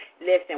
Listen